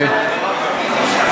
אדוני השר,